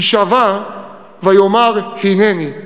תשוַע ויאמר הנני".